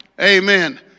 Amen